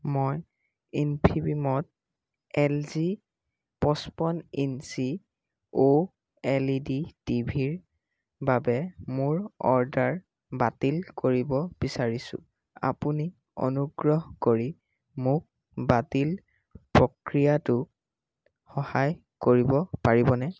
মই ইনফিবিমত L G পঁচপন্ন ইঞ্চি O L E D T ভিৰ বাবে মোৰ অৰ্ডাৰ বাতিল কৰিব বিচাৰিছোঁ আপুনি অনুগ্ৰহ কৰি মোক বাতিল প্ৰক্ৰিয়াটোত সহায় কৰিব পাৰিবনে